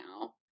now